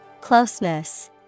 Closeness